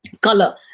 color